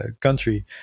country